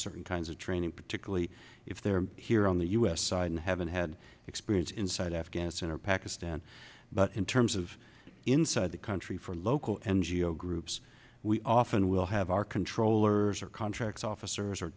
certain kinds of training particularly if they're here on the u s side and haven't had experience inside afghanistan or pakistan but in terms of inside the country for local n g o s groups we often will have our controllers or contracts officers